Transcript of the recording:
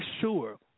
sure